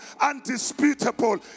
undisputable